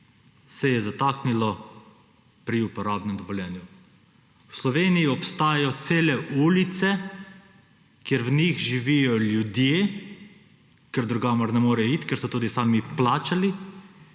se je zataknilo pri uporabnem dovoljenju. V Slovenijo obstajajo cele ulice hiš, kjer v njih živijo ljudje, ker drugam ne morejo iti, ker so tudi sami plačali,